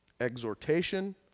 exhortation